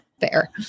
fair